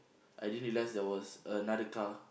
I didn't realise there was another car